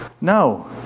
No